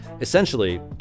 Essentially